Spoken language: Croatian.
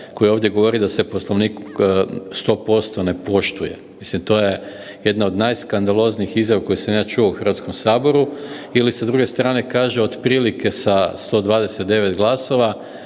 koji ovdje govori da se Poslovnik 100% ne poštuje, mislim to je jedna od najskandaloznijih izjava koje sam ja čuo u Hrvatskom saboru ili sa druge strane kaže otprilike sa 129 glasova,